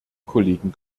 kollegen